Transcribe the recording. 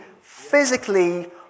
physically